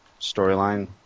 storyline